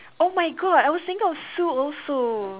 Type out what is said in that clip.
oh my god I was thinking of Sue also